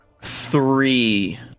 Three